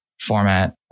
format